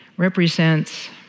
represents